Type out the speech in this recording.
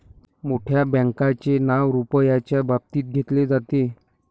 मोठ्या बँकांचे नाव रुपयाच्या बाबतीत घेतले जाते